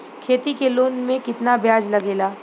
खेती के लोन में कितना ब्याज लगेला?